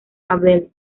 abel